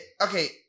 Okay